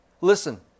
Listen